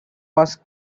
was